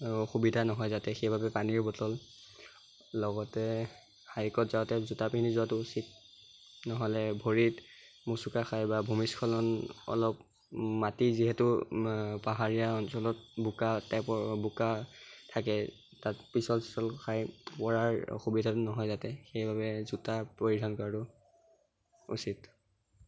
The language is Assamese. অসুবিধা নহয় যাতে সেইবাবে পানীৰ বটল লগতে হাইকত যাওঁতে জোতা পিন্ধি যোৱাতো উচিত নহ'লে ভৰিত মোচোকা খাই বা ভূমিস্খলন অলপ মাটি যিহেতু পাহাৰীয়া অঞ্চলত বোকা টাইপৰ বোকা থাকে তাত পিচল চিচল খাই পৰাৰ অসুবিধাটো নহয় যাতে সেইবাবে জোতা পৰিধান কৰাতো উচিত